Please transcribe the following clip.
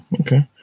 okay